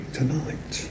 tonight